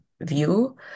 view